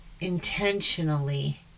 intentionally